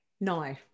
no